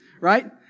right